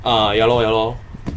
uh ya lor ya lor